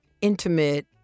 intimate